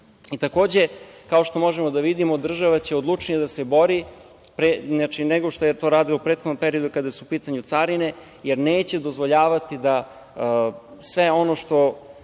BDP.Takođe, kao što možemo da vidimo, država će odlučnije da se bori nego što je to radila u prethodnom periodu, kada su u pitanju carine, jer neće dozvoljavati sve ono što